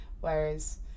whereas